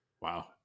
Wow